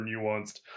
nuanced